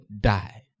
die